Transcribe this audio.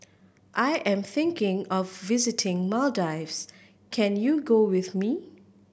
I am thinking of visiting Maldives can you go with me